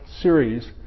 series